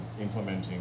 implementing